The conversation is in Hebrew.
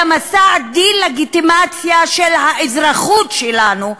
אלא מסע דה-לגיטימציה של האזרחות שלנו,